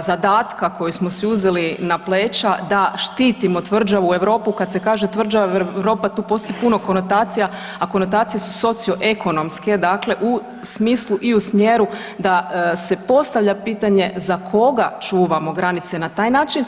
zadatka koji smo si uzeli na pleća da štitimo tvrđavu Europu, kad se kaže tvrđava Europa tu postoji puno konotacija, a konotacije su socioekonomske, dakle u smislu i u smjeru da se postavlja pitanje za koga čuvamo granice na taj način.